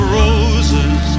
roses